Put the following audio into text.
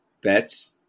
bets